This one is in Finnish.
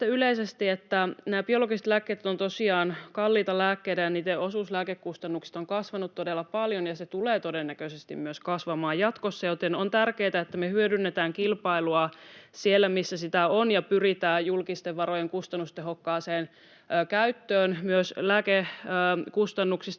että nämä biologiset lääkkeet ovat tosiaan kalliita lääkkeitä ja niiden osuus lääkekustannuksista on kasvanut todella paljon ja se tulee todennäköisesti myös kasvamaan jatkossa, joten on tärkeätä, että me hyödynnetään kilpailua siellä, missä sitä on, ja pyritään julkisten varojen kustannustehokkaaseen käyttöön myös lääkekustannuksista